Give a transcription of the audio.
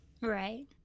Right